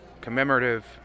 commemorative